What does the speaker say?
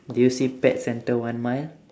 do you see pet centre one mile